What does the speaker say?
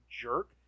jerk